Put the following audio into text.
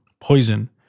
poison